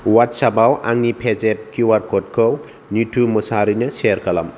अवाट्सापाव आंनि पेजेफ Q R कडखौ निथु मसाहारिनो सेयार खालाम